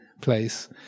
place